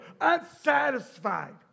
unsatisfied